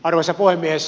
arvoisa puhemies